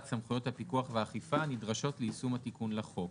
סמכויות הפיקוח והאכיפה נדרשות ליישום התיקון לחוק".